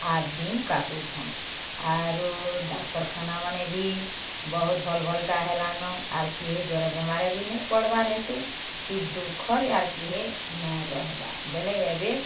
ଆର ଦିନ କାଟୁଛନ ଆରୁ ଡାକ୍ତରଖାନାମାନେ ବି ବୋହୁତ ଭଲ ଭଲଟା ହେଲାନ ଆର କେହି ଜରେ ବେମାର ବି ନେଇଁ ପଡ଼ବାର ହେତି କି ଦୁଃଖରେ ଆର କିହେ ନାଇଁ ରହିବାର ବେଲେ ଏବେ